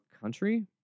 country